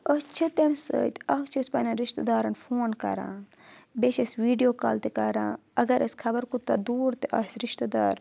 أسۍ چھِ تمہِ سۭتۍ اَکھ چھِ أسۍ پَننؠن رِشتہٕ دارَن فون کَران بیٚیہِ چھِ أسۍ ویٖڈیو کال تہِ کَران اگر أسۍ خَبر کوٗتاہ دوٗر تہِ آسہِ رِشتہٕ دار